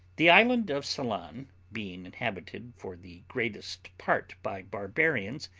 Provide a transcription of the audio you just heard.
the island of ceylon being inhabited for the greatest part by barbarians,